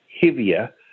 heavier